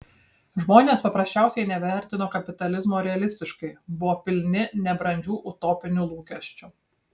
žmonės paprasčiausiai nevertino kapitalizmo realistiškai buvo pilni nebrandžių utopinių lūkesčių